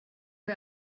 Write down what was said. wir